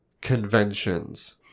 conventions